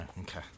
okay